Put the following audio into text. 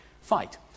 fight